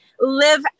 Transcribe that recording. live